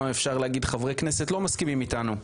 אפשר להגיד חברי כנסת לא מסכימים איתנו,